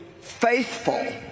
faithful